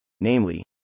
namely